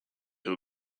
who